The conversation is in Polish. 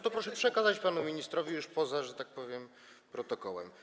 To proszę przekazać je panu ministrowi poza, że tak powiem, protokołem.